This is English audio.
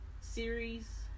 series